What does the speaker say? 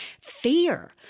fear